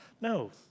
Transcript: No